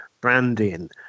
branding